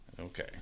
Okay